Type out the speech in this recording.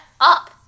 up